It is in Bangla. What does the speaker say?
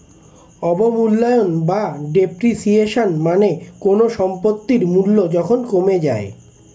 অবমূল্যায়ন বা ডেপ্রিসিয়েশন মানে কোনো সম্পত্তির মূল্য যখন কমে যায়